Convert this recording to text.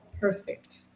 Perfect